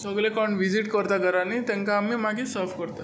सगळे कोण विझीट करता घरांनीं तांकां आमी मागीर सर्व करता